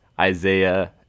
Isaiah